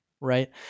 Right